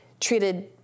treated